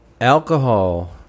alcohol